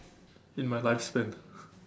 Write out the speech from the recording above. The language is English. in my lifespan